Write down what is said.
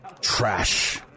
Trash